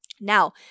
Now